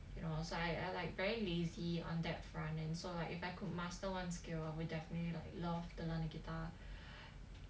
ya I f~ I like very lazy on that front and so like if I could master one skill I would definitely like love to learn the guitar